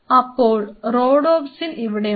അപ്പോൾ റോഡോപ്സിൻ ഇവിടെയുണ്ട്